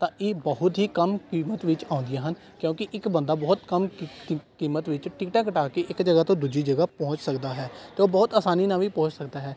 ਤਾਂ ਇਹ ਬਹੁਤ ਹੀ ਕਮ ਕੀਮਤ ਵਿੱਚ ਆਉਂਦੀਆਂ ਹਨ ਕਿਉਂਕਿ ਇੱਕ ਬੰਦਾ ਬਹੁਤ ਕੰਮ ਕੀਮਤ ਵਿਚ ਟਿਕਟਾਂ ਕਟਾ ਕੇ ਇੱਕ ਜਗ੍ਹਾ ਤੋਂ ਦੂਜੀ ਜਗ੍ਹਾ ਪਹੁੰਚ ਸਕਦਾ ਹੈ ਅਤੇ ਉਹ ਬਹੁਤ ਆਸਾਨੀ ਨਾਲ ਵੀ ਪਹੁੰਚ ਸਕਦਾ ਹੈ